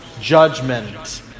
judgment